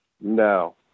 No